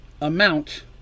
amount